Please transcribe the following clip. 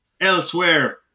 Elsewhere